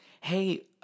hey